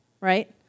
right